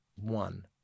One